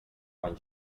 quan